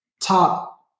top